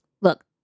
Look